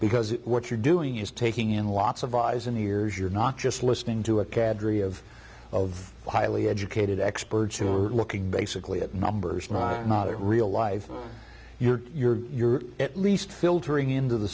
because what you're doing is taking in lots of eyes and ears you're not just listening to a cadre of of highly educated experts who are looking basically at numbers not real life you're you're you're at least filtering into the